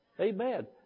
Amen